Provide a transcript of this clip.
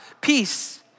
peace